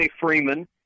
Freeman